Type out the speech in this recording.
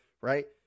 right